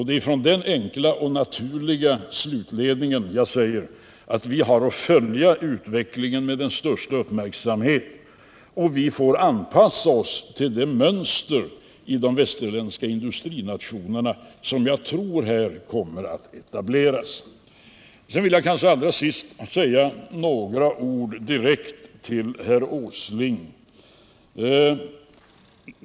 Det är med den enkla och naturliga slutledningen jag säger, att vi har att följa utvecklingen med den största uppmärksamhet och anpassa oss till mönster som jag tror kommer att etableras i de västerländska industrinationerna. Sedan vill jag säga några ord direkt till herr Åsling.